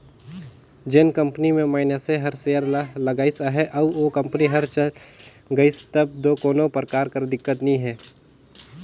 जेन कंपनी में मइनसे हर सेयर ल लगाइस अहे अउ ओ कंपनी हर चइल गइस तब दो कोनो परकार कर दिक्कत नी हे